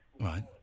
Right